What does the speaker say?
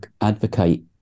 advocate